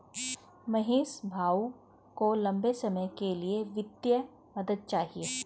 महेश भाऊ को लंबे समय के लिए वित्तीय मदद चाहिए